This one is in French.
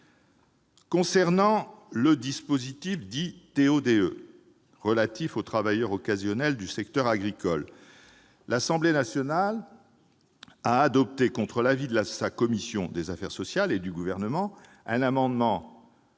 Concernant le dispositif dit « TO-DE » relatif aux travailleurs occasionnels du secteur agricole, l'Assemblée nationale a adopté, contre l'avis de sa commission des affaires sociales et du Gouvernement, un amendement